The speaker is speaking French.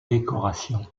décorations